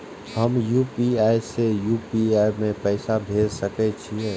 हम यू.पी.आई से यू.पी.आई में पैसा भेज सके छिये?